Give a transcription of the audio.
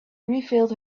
refilled